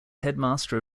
headmaster